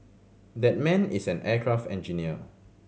that man is an aircraft engineer